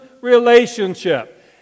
relationship